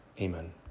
Amen